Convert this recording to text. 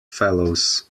fellows